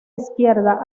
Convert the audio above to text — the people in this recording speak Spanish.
izquierda